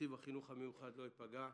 שתקציב החינוך המיוחד לא ייפגע.